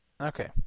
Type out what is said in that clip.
Okay